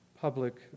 public